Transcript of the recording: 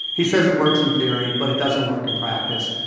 he says it works in theory, but it doesn't work in practice.